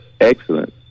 excellent